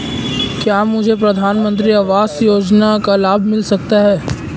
क्या मुझे प्रधानमंत्री आवास योजना का लाभ मिल सकता है?